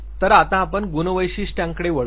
तर आता आपण गुणवैशिष्ट्यांकडे वळूया